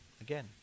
again